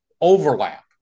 overlap